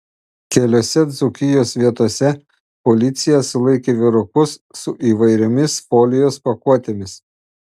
keliose dzūkijos vietose policija sulaikė vyrukus su įvairiomis folijos pakuotėmis